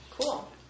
Cool